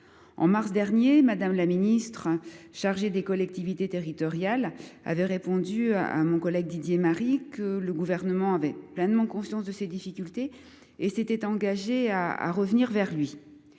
de mars dernier, Mme la ministre chargée des collectivités territoriales a répondu à mon collègue Didier Marie que le Gouvernement avait pleinement conscience de ces difficultés ; elle s’était engagée à revenir vers lui.